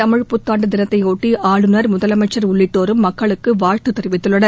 தமிழ் புத்தாண்டு தினத்தையொட்டி ஆளுநர் முதலமைச்சள் உள்ளிட்டோரும் மக்களுக்கு வாழ்த்து தெரிவித்துள்ளனர்